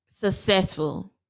successful